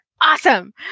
Awesome